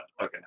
Okay